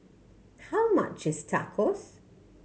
how much is Tacos